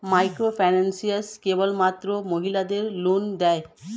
Microfinance কেবলমাত্র মহিলাদের loan দেয়?